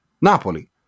Napoli